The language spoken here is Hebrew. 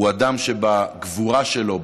הוא אדם שבגבורה שלו,